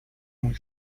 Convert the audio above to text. muy